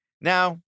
Now